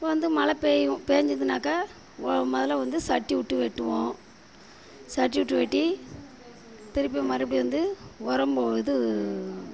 வந்து மழை பெய்யும் பெஞ்சிதுனாக்கா ஒ முதல்ல வந்து சட்டி விட்டு வெட்டுவோம் சட்டி விட்டு வெட்டி திருப்பியும் மறுபடியும் வந்து உரம் போ இது